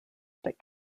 but